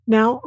Now